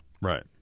Right